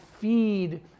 feed